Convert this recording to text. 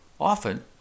often